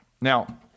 Now